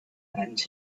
and